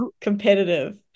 competitive